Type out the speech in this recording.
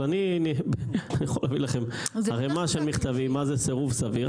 אבל אני יכול להביא לכם ערימה של מכתבים מה זה סירוב סביר.